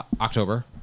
October